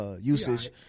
usage